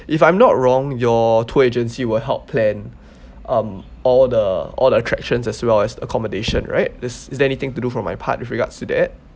if I'm not wrong your tour agency will help plan um all the all the attractions as well as the accommodation right this is there anything to do from my part with regards to that